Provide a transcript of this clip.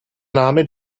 name